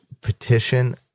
petition